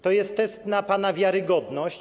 to jest test na pana wiarygodność.